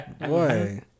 Boy